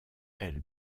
elle